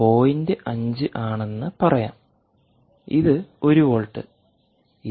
5 ആണെന്ന് പറയാം ഇത് 1 വോൾട്ട് ഇത് 1